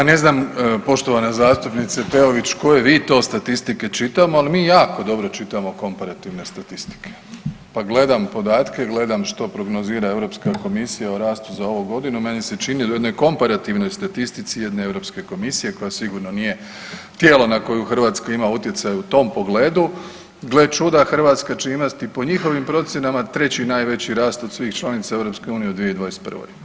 Ja ne znam poštovana zastupnice Peović koje vi to statistike čitamo, ali mi jako dobro čitamo komparativne statistike, pa gledam podatke, gledam što prognozira Europska komisija o rastu za ovu godinu i meni se čini u jednoj komparativnoj statistici jedne Europske komisije koja sigurno nije tijelo na koju Hrvatska ima utjecaj u tom pogledu, gle čuda Hrvatska će imati po njihovim procjenama treći najveći rast od svih članica EU u 2021.